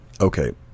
Okay